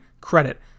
credit